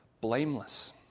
blameless